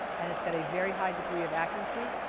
and it's got a very high degree of accuracy,